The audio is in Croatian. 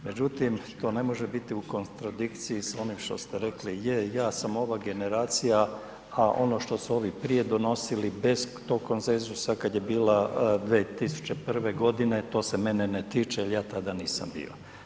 Međutim, to ne može biti u kontradikciji s onim što ste rekli, je ja sam ova generacija, a ono što su ovi prije donosili bez tog konsenzusa kad je bila 2001. godine to se mene ne tiče jer ja tada nisam bio.